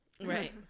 Right